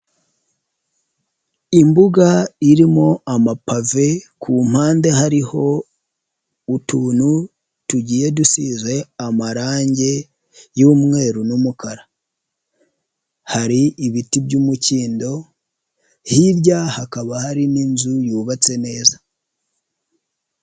Imbuga irimo amapave ku mpande hariho utuntu tugiye dusize amarange y'umweru n'umukara. Hari ibiti by'umukindo hirya hakaba hari n'inzu yubatse neza.